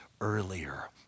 earlier